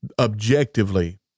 objectively